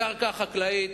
הקרקע החקלאית,